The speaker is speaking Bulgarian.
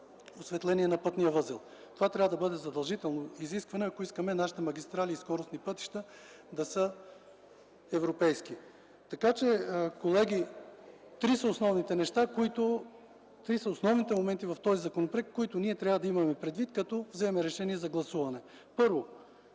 осветление на пътния възел. Това трябва да бъде задължително изискване, ако искаме нашите магистрали и скоростни пътища да са европейски. Колеги, три са основните моменти в този законопроект, които трябва да имаме предвид при вземането на решение за гласуване. Първо,